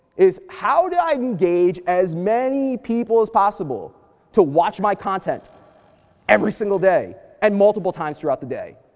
it's how do i engage as many people as possible to watch my content ever single day and multiple time throughout the day?